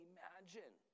Imagine